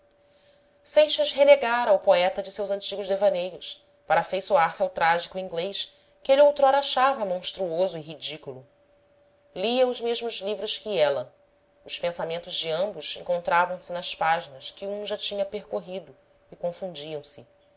seixas renegara o poeta de seus antigos devaneios para afeiçoar se ao trágico inglês que ele outrora achava monstruoso e ridículo lia os mesmos livros que ela os pensamentos de ambos encontravam-se nas páginas que um já tinha percorrido e confundiam-se